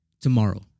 tomorrow